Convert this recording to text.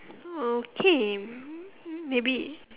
okay maybe